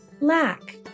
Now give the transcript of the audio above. lack